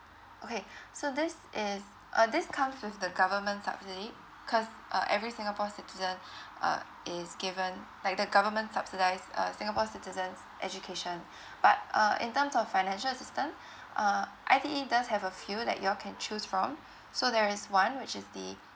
okay so this is uh this comes with the government subsidy cause uh every singapore's citizen uh is given like the government subsidise uh singapore citizens education but uh in terms of financial assistance uh I_T_E does have a few that you all can choose from so there is one which is the